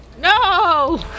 No